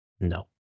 No